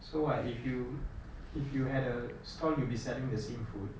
so what if you if you had a stall you'll be selling the same food